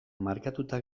markatuta